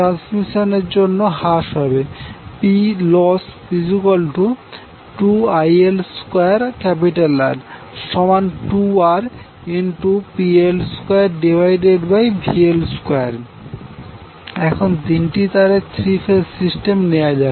transmission এর জন্য হ্রাস হবে Ploss2IL2R2RPL2VL2 এখন তিনটি তারের থ্রি ফেজ সিস্টেম নেওয়া যাক